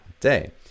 day